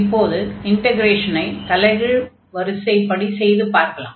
இப்போது இன்டக்ரேஷனை தலைகீழ் வரிசைப்படி செய்து பார்க்கலாம்